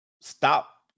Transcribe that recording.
stop